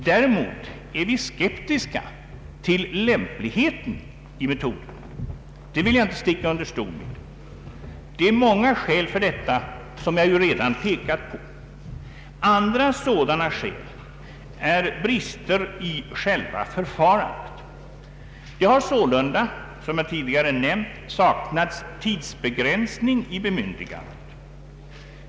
Däremot är vi skeptiska till lämpligheten i metoden — det vill jag inte sticka under stol med. Det är många skäl för detta, såsom jag redan pekat på. Andra sådana skäl är brister i själva förfarandet. Det har sålunda, som jag tidigare nämnt, saknats tidsbegränsning i bemyndigandet.